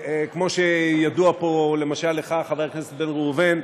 כמו שידוע פה למשל לך, חבר הכנסת בן ראובן,